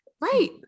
Right